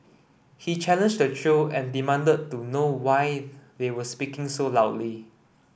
he challenged the trio and demanded to know why they were speaking so loudly